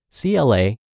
CLA